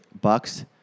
Bucks